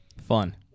Fun